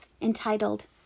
entitled